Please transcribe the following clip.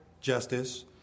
justice